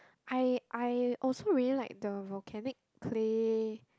I I also really like the volcanic clay